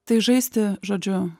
tai žaisti žodžiu